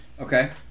Okay